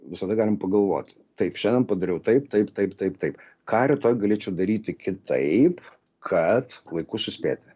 visada galim pagalvoti taip šiandien padariau taip taip taip taip taip ką rytoj galėčiau daryti kitaip kad laiku suspėti